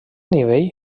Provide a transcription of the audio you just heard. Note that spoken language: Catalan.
nivell